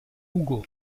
hugo